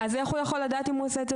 אז איך הוא יכול לדעת אם הוא עושה את זה